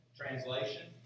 translation